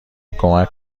کمک